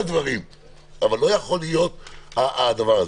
אבל לא יכול להיות הדבר הזה.